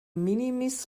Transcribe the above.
minimis